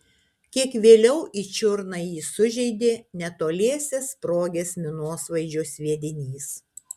kiek vėliau į čiurną jį sužeidė netoliese sprogęs minosvaidžio sviedinys